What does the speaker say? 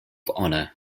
honour